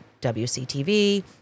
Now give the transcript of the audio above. WCTV